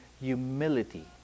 humility